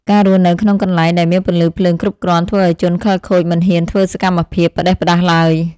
ការរស់នៅក្នុងកន្លែងដែលមានពន្លឺភ្លើងគ្រប់គ្រាន់ធ្វើឱ្យជនខិលខូចមិនហ៊ានធ្វើសកម្មភាពផ្តេសផ្តាសឡើយ។